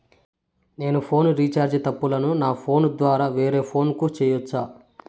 నేను phone recharge తప్పులను నా ఫోను ద్వారా వేరే ఫోను కు సేయొచ్చా?